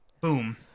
Boom